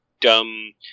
Dumb